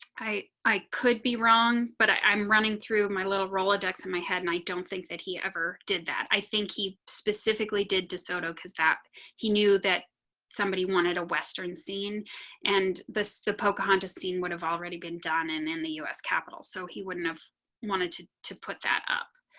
i i could be wrong but i'm running through my little rolodex in my head, and i don't think that he ever did that. i think he specifically did de soto, because that he knew that anna marley somebody wanted a western scene and this the pocahontas scene would have already been done in in the us capitol. so he wouldn't have wanted to to put that up.